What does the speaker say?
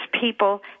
people